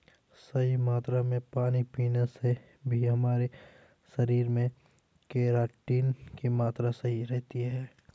सही मात्रा में पानी पीने से भी हमारे शरीर में केराटिन की मात्रा सही रहती है